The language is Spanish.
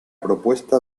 propuesta